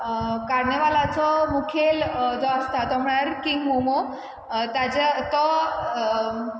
कार्नवालाचो मुखेल जो आसता तो म्हळ्यार किंग मोमो ताजे तो